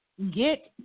get